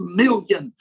million